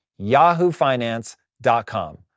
yahoofinance.com